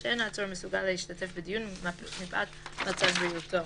שאין העצור מסוגל להשתתף בדיון מפאת מצב בריאותו,".